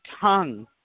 tongue